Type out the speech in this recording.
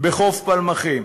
בחוף פלמחים.